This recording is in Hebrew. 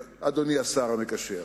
אדוני השר המקשר: